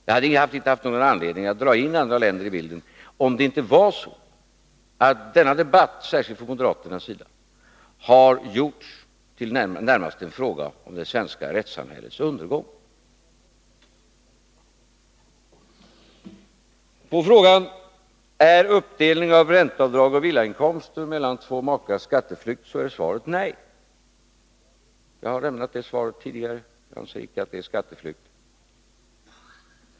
Jag hade inte haft någon anledning att dra in andra länder i bilden om inte denna debatt — särskilt från moderaternas sida — hade gjorts till närmast en fråga om det svenska rättssamhällets undergång. Svaret på frågan om fördelning av ränteavdrag och villainkomster mellan två makar är skatteflykt är nej. Jag har lämnat det svaret tidigare. Jag anser inte att det är skatteflykt.